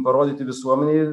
parodyti visuomenei